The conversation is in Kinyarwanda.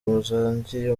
musangiye